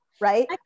Right